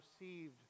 received